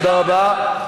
תודה רבה.